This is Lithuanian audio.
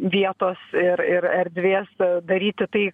vietos ir ir erdvės daryti tai